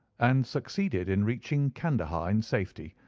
and succeeded in reaching candahar in safety,